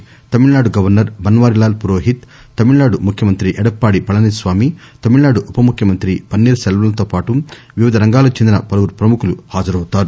ఈ కార్యక్రమానికి తమిళనాడు గవర్సర్ బన్వారిలాల్ పురోహిత్ తమిళనాడు ముఖ్యమంత్రి ఎడప్పాడి పళనిస్వామి తమిళనాడు ఉపముఖ్యమంత్రి పన్నీర్ సెల్వంతో పాటు వివిధ రంగాలకు చెందిన పలువురు ప్రముఖులు హాజరవుతారు